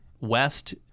West